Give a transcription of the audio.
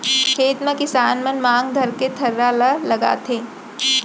खेत म किसान मन मांग धरके थरहा ल लगाथें